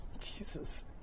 Jesus